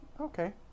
Okay